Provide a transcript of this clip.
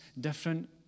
different